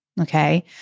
Okay